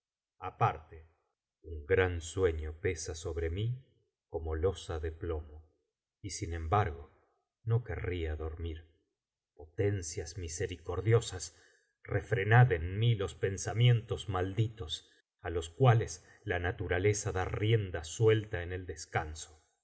aparte un gran sueño pesa sobre mí como losa de plomo y sin embargo no querría dormir potencias misericordiosas refrenad en mí los pensamientos malditos á los cuales la naturaleza da rienda suelta en el descanso